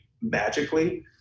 magically